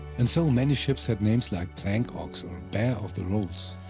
and so many ships had names like plank ox or bear of the rolls.